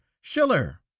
Schiller